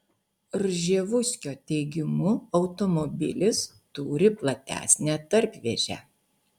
rževuskio teigimu automobilis turi platesnę tarpvėžę